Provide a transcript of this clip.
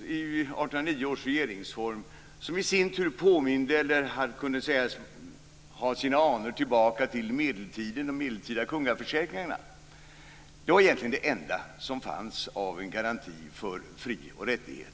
§ i 1809 års regeringsform. Den kunde i sin tur sägas ha sina anor tillbaka till medeltiden, till de medeltida kungaförsäkringarna. Det var egentligen det enda som fanns av garanti för fri och rättigheter.